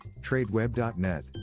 tradeweb.net